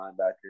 linebacker